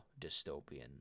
dystopian